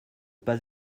pas